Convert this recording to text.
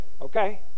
Okay